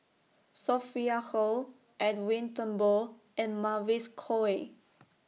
Sophia Hull Edwin Thumboo and Mavis Khoo Oei